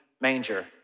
manger